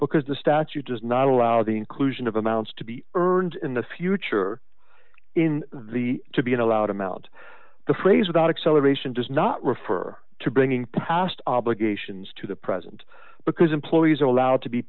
because the statute does not allow the inclusion of amounts to be earned in the future in the to be allowed amount the phrase without excel aeration does not refer to bringing past obligations to the present because employees are allowed to be